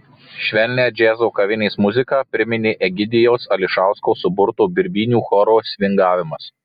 švelnią džiazo kavinės muziką priminė egidijaus ališausko suburto birbynių choro svingavimas